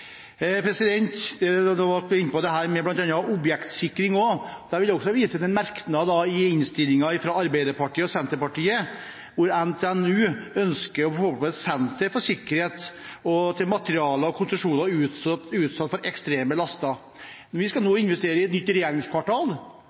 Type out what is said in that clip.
vakter, men nå har i alle fall denne regjeringen sittet i fire år. Vi har bl.a. vært inne på objektsikring. Jeg vil vise til en merknad i innstillingen, fra Arbeiderpartiet og Senterpartiet, om at NTNU ønsker å få på plass et senter for sikkerhet til materialer og konstruksjoner utsatt for ekstreme laster. Vi skal nå investere i et nytt regjeringskvartal.